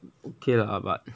okay lah but